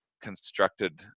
constructed